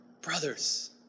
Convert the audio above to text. Brothers